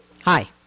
Hi